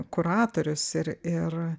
kuratorius ir ir